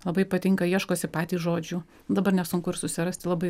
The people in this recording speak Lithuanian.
labai patinka ieškosi patys žodžių dabar nesunku ir susirasti labai